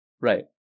Right